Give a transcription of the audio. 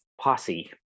posse